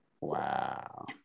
Wow